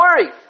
worry